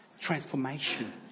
transformation